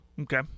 Okay